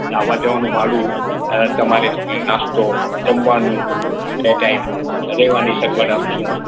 આવવા જવાનું ભાડું અ તમારે ચા નાસ્તો જમવાનું બે ટાઈમ રહેવાની સગવડ આપીશું